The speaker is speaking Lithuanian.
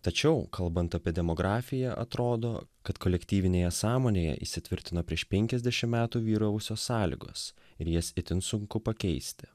tačiau kalbant apie demografiją atrodo kad kolektyvinėje sąmonėje įsitvirtino prieš penkiasdešim metų vyravusios sąlygos ir jas itin sunku pakeisti